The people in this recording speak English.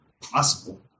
possible